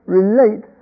relate